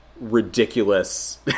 ridiculous